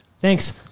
Thanks